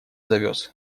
завез